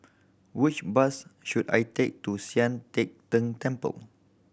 which bus should I take to Sian Teck Tng Temple